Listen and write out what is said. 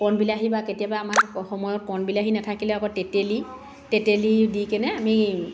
কণবিলাহী বা কেতিয়াবা আমাৰ সময়ত কণবিলাহী নাথাকিলে আকৌ তেতেলী তেতেলী দিকেনে আমি